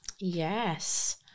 Yes